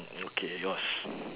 okay yours